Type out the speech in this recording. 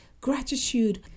gratitude